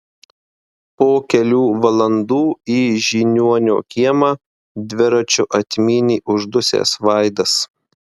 po kelių valandų į žiniuonio kiemą dviračiu atmynė uždusęs vaidas